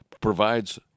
provides